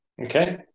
Okay